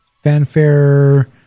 fanfare